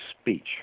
speech